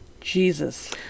Jesus